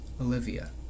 Olivia